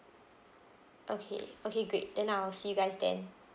okay okay great then I'll see you guys then